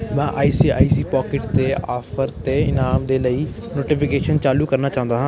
ਮੈਂ I C I C Pockets 'ਤੇ offer ਅਤੇ ਇਨਾਮ ਦੇ ਲਈ ਨੋਟੀਫਿਕੇਸ਼ਨਸ ਚਾਲੂ ਕਰਨਾ ਚਾਹੁੰਦਾ ਹਾਂ